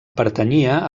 pertanyia